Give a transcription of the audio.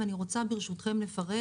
אני רוצה ברשותכם לפרט,